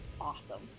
awesome